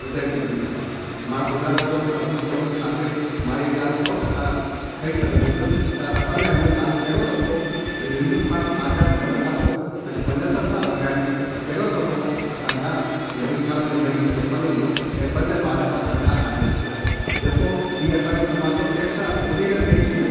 उदय academy तरपा मां गुजरात जो प्रमुख हुअण जे नाते मां इए ॻाल्हि सौ टका चई सघंदुसि त असांजा हिन साल पहिरियों दफो हिंद हिंदुस्तान आज़ाद थियण खां पोइ अॼ पंजहतरि साल थिआ आहिनि पहिरियों दफो असांजा हे बिन सालनि जी महिनत जो फल मिलियो ऐं पंज ॿार असांजा आईएएस थिया जेको ई असांजे समाज जो एक्सट्रा ओडिनरी एचिवमैंट